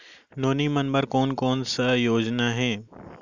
नोनी मन बर कोन कोन स योजना हे?